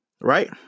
Right